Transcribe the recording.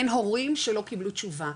אין הורים שלא קיבלו תשובה,